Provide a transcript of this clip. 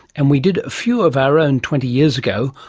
and we did a few of our own twenty years ago,